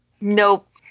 Nope